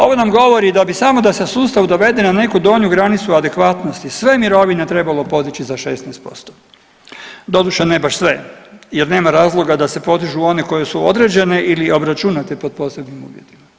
Ovo nam govori da bi samo da se sustav dovede na neku donju granicu adekvatnosti sve mirovine trebalo podići za 16%, doduše ne baš sve jer nema razloga da se podižu one koje su određene ili obračunate pod posebnim uvjetima.